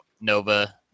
Nova